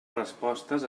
respostes